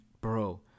bro